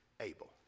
able